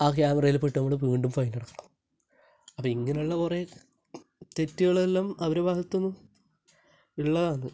ആ ക്യാമറയില് പെട്ട് നമ്മൾ വീണ്ടും ഫൈൻ അടക്കണം അപ്പം ഇങ്ങനെയുള്ള കുറേ തെറ്റുകളെല്ലാം അവരേ ഭാഗത്ത് നിന്നും ഉള്ളതാണ്